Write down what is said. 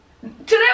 Today